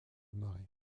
marais